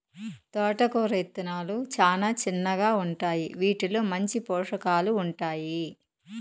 తోటకూర ఇత్తనాలు చానా చిన్నగా ఉంటాయి, వీటిలో మంచి పోషకాలు ఉంటాయి